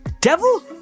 Devil